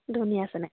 ধুনীয়া আছেনে